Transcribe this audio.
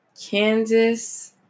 kansas